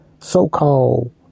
so-called